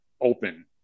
open